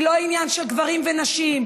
היא לא עניין של גברים ונשים,